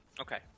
Okay